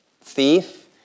thief